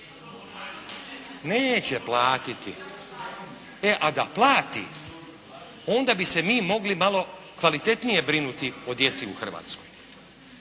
Neće platiti. A da plati onda bi se mi mogli malo kvalitetnije brinuti o djeci u Hrvatskoj.